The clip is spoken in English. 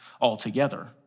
altogether